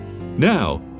Now